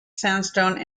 sandstone